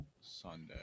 sunday